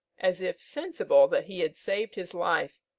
as if sensible that he had saved his life,